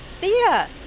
Thea